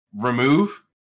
Remove